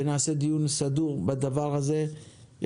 ונעשה דיון סדור בדבר הזה.